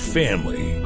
family